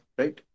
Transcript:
right